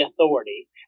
authority